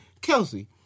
Kelsey